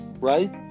right